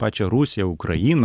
pačią rusiją ukrainą